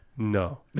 No